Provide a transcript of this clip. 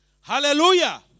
Hallelujah